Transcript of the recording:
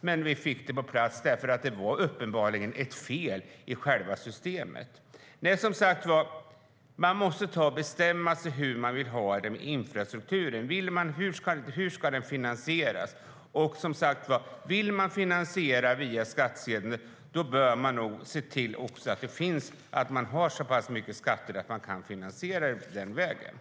Men vi fick det på plats därför att det uppenbarligen var ett fel i själva systemet.